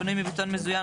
הבנוי מבטון מזוין,